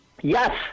Yes